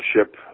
ship